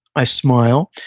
i smile,